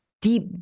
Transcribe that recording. deep